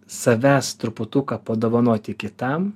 savęs truputuką padovanoti kitam